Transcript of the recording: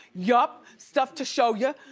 yup, stuff to show you.